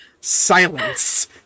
silence